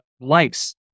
lice